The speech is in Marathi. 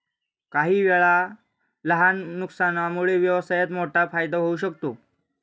काहीवेळा लहान नुकसानामुळे व्यवसायात मोठा फायदा होऊ शकतो